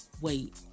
wait